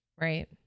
Right